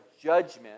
judgment